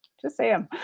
just say em.